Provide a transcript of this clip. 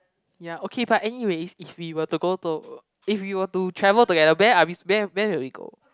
ya okay but anyways if we were to go to if we were to travel together where are we where where will we go